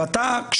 ואתה,